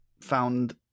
found